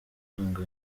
kwanga